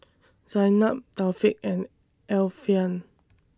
Zaynab Taufik and Alfian